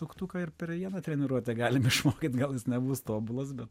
suktuką ir per vieną treniruotę galime išmokyt kad gal jis nebus tobulas bet